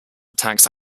attacks